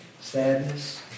sadness